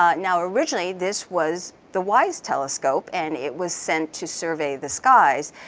ah now originally this was the wise telescope, and it was sent to survey the skies.